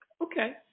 Okay